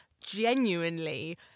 genuinely